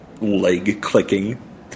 leg-clicking